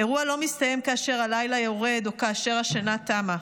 אירוע לא מסתיים כאשר הלילה יורד או כאשר השינה תמה.